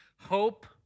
hope